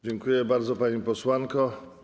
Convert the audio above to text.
Dziękuję bardzo, pani posłanko.